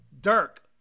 dirk